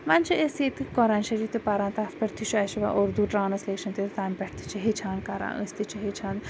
وۄنۍ چھِ أسۍ ییٚتہِ قران شریٖف تہِ پَران تَتھ پٮ۪ٹھ تہِ چھُ اَسہِ یِوان اردو ٹرانسلیشَن تہِ تمہِ پٮ۪ٹھِ تہِ چھِ ہیٚچھان کَران أسۍ تہِ چھِ ہیٚچھان